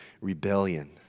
rebellion